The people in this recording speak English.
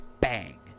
bang